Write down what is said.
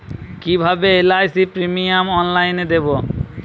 কিভাবে LIC premium অনলাইনে দেবো?